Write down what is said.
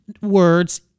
words